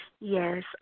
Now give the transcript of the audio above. Yes